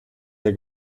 der